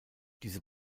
diese